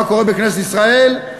מה קורה בכנסת ישראל?